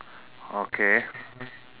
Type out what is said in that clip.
okay